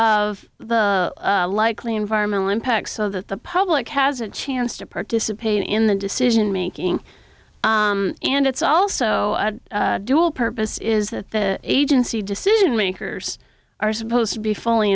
of the likely environmental impact so that the public has a chance to participate in the decision making and it's also dual purpose is that the agency decision makers are supposed to be fully